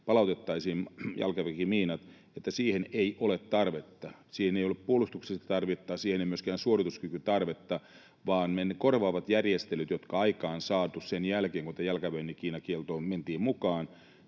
palautettaisiin jalkaväkimiinat, että siihen ei ole tarvetta — siihen ei ole puolustuksellista tarvetta, siihen ei ole myöskään suorituskykytarvetta, vaan ne korvaavat järjestelyt, jotka on aikaansaatu sen jälkeen, kun tähän jalkaväkimiinakieltoon mentiin mukaan,